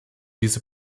diese